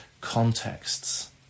contexts